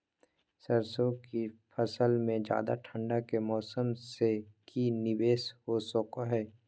सरसों की फसल में ज्यादा ठंड के मौसम से की निवेस हो सको हय?